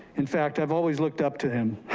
in fact, i've always looked up to him